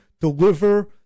deliver